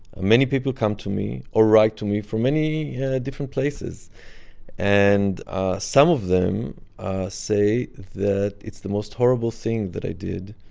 many people come to me, or write to me, from many different places and some of them say that it's the most horrible thing that i did,